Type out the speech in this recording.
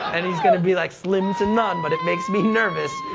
and he's going to be like, slim to none, but it makes me nervous.